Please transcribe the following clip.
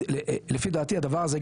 לפי דעתי הדבר הזה,